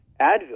Advil